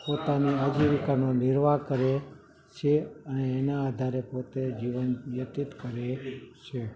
પોતાની આજીવિકાનો નિર્વાહ કરે છે અને એના આધારે પોતે જીવન વ્યતિત કરે છે